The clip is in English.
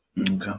Okay